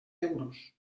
euros